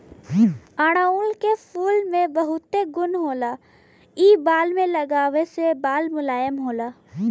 अढ़ऊल के फूल में बहुत गुण होला इ बाल में लगावे से बाल मुलायम होला